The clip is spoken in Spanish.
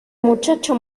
muchacho